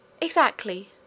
Exactly